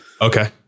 Okay